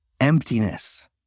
emptiness